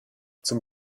zum